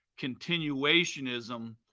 continuationism